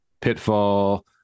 Pitfall